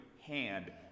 hand